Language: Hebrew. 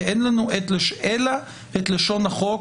כי אין לנו אלא את לשון החוק,